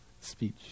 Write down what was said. speech